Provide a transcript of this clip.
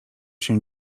się